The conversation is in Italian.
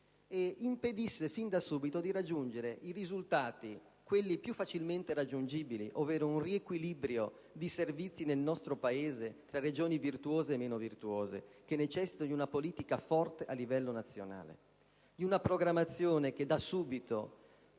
e impedisse fin da subito di raggiungere i risultati più facilmente raggiungibili, ovvero un riequilibrio di servizi nel nostro Paese tra Regioni virtuose e meno che necessitano di una politica forte a livello nazionale, di una programmazione che da subito